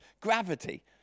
Gravity